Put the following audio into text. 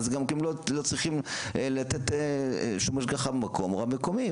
אז גם לא צריכים לתת שום הגחה במקום רב מקומי.